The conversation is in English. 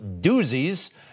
doozies